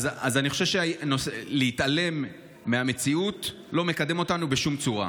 אני חושב שהתעלמות מהמציאות לא מקדמת אותנו בשום צורה,